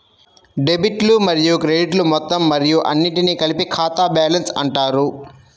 డెబిట్లు మరియు క్రెడిట్లు మొత్తం మరియు అన్నింటినీ కలిపి ఖాతా బ్యాలెన్స్ అంటారు